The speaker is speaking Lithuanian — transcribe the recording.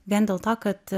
vien dėl to kad